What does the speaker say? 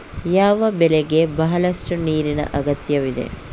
ಯಾವ ಬೆಳೆಗೆ ಬಹಳಷ್ಟು ನೀರಿನ ಅಗತ್ಯವಿದೆ?